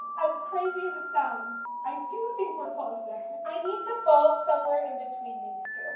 as crazy as it sounds, i do think we're closer. i need to fall somewhere in between these two.